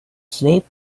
sleep